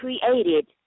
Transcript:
created